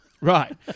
Right